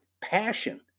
passion